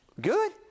Good